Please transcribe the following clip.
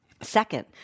Second